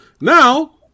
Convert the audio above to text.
Now